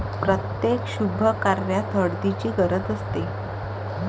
प्रत्येक शुभकार्यात हळदीची गरज असते